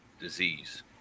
Disease